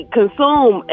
consume